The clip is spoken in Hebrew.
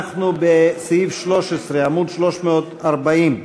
אנחנו בסעיף 13, עמוד 340,